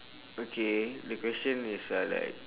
okay the question is uh like